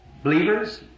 Believers